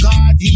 God